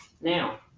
Now